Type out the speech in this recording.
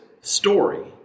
story